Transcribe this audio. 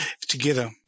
together